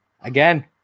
again